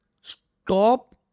Stop